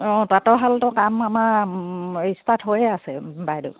অঁ তাঁতৰশালটোৰ কাম আমাৰ ষ্টাৰ্ট হৈয়ে আছে বাইদেউ